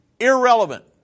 Irrelevant